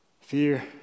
fear